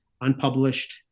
unpublished